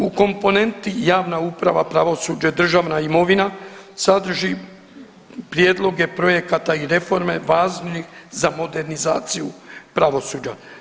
U komponenti javna uprava, pravosuđe, državna imovina sadrži prijedloge projekata i reforme važnih za modernizaciju pravosuđa.